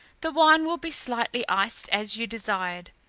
the wine will be slightly iced, as you desired.